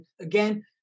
again